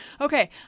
okay